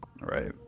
Right